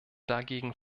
dagegen